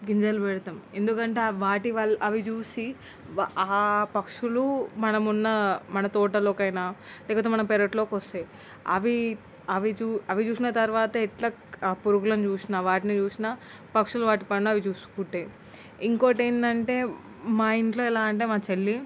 గింజలు పెడతాం ఎందుకంటే ఆ వాటి వల్ల అవి చూసి వ ఆ పక్షులు మనము ఉన్న మన తోటలోకి అయిన లేకపోతే మన పెరట్లోకి వస్తాయి అవి అవి చూ అవి చూసిన తర్వాత ఎట్లా ఆ పురుగులను చూసిన వాటిని చూసినా పక్షులు వాటి పని అవి చూసుకుంటాయి ఇంకోటి ఏంటంటే మా ఇంట్లో ఎలా అంటే మా చెల్లి